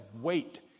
weight